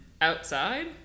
outside